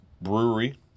brewery